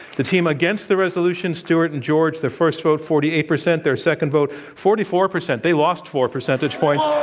the team against the resolution, stewart and george, their first vote, forty eight percent. their second vote, forty four percent. they lost four percentage points.